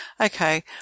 Okay